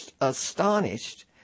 astonished